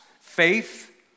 Faith